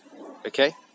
okay